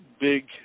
big